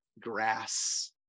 grass